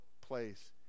place